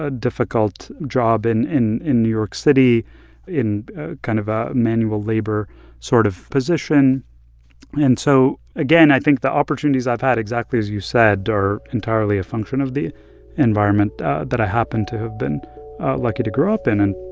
ah difficult job in in new york city in kind of a manual-labor sort of position and so again, i think the opportunities i've had exactly as you said are entirely a function of the environment that i happen to have been lucky to grow up in and,